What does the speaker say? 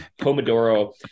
Pomodoro